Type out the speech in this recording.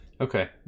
Okay